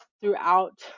throughout